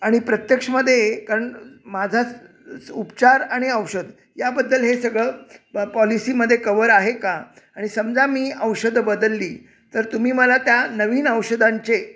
आणि प्रत्यक्षमध्ये कारण माझाच स उपचार आणि औषध याबद्दल हे सगळं ब पॉलिसीमध्ये कवर आहे का आणि समजा मी औषधं बदलली तर तुम्ही मला त्या नवीन औषधांचे